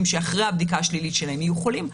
שאחרי הבדיקה השלילית שלהם יהיו חולים,